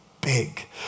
big